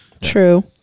true